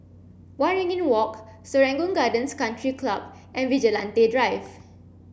Waringin Walk Serangoon Gardens Country Club and Vigilante Drive